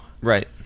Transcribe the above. right